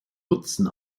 nutzen